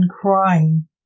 crying